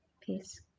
Peace